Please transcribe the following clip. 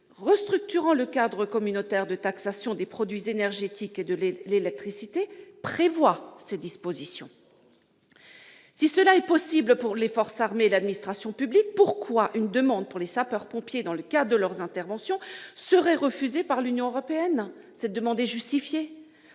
restructurant le cadre communautaire de taxation des produits énergétiques et de l'électricité » prévoit ces dispositions. Si cela est possible pour les forces armées et l'administration publique, pourquoi une demande pour les sapeurs-pompiers dans le cadre de leurs interventions serait-elle refusée par l'Union européenne ? Cette demande est justifiée.